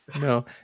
No